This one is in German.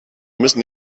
müssen